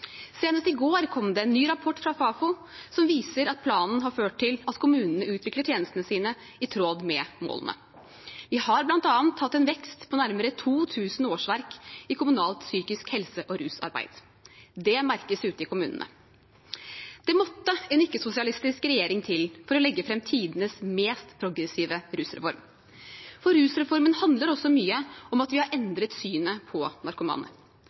Senest i går kom det en ny rapport fra Fafo som viser at planen har ført til at kommunene utvikler tjenestene sine i tråd med målene. Vi har bl.a. hatt en vekst på nærmere 2 000 årsverk i kommunalt psykisk helse- og rusarbeid. Det merkes ute i kommunene. Det måtte en ikke-sosialistisk regjering til for å legge fram tidenes mest progressive rusreform. For rusreformen handler også mye om at vi har endret synet på narkomane.